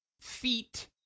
feet